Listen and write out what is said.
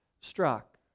struck